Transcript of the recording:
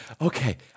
Okay